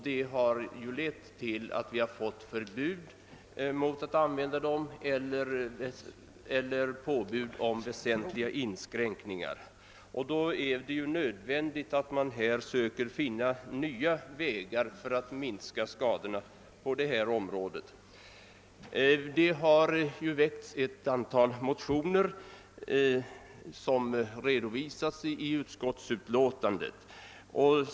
Detta har lett till att vi har fått förbud mot att använda dessa bekämpningsmedel eller påbud om väsentliga inskränkningar. Då är det nödvändigt att finna nya vägar för att minska skadorna på detta område. Det har väckts ett antal motioner som redovisas i utskottsutlåtandet.